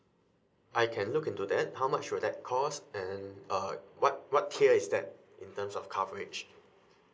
I can look into that how much will that cost and uh what what tier is that in terms of coverage